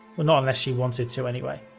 not unless you wanted to anyway.